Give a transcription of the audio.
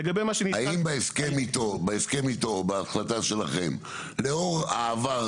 האם בהסכם איתו, בהחלטה שלכם, לאור העבר